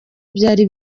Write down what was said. byari